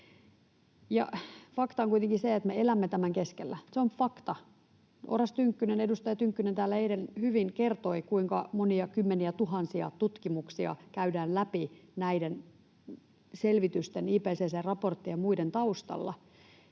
Fakta on kuitenkin se, että me elämme tämän keskellä. Se on fakta. Edustaja Tynkkynen täällä eilen hyvin kertoi, kuinka monia kymmeniätuhansia tutkimuksia käydään läpi näiden selvitysten, IPCC:n raporttien ja muiden taustalla.